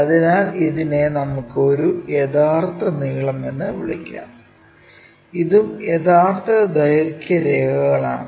അതിനാൽ ഇതിനെ നമുക്ക് ഒരു യഥാർത്ഥ നീളം എന്ന് വിളിക്കാം ഇതും യഥാർത്ഥ ദൈർഘ്യ രേഖകളാണ്